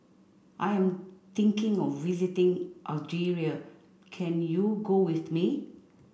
I am thinking of visiting Algeria can you go with me